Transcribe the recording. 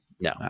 No